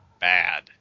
bad